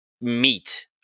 meat